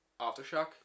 Aftershock